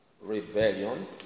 rebellion